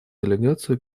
делегацию